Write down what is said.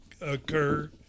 occur